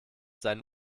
seinen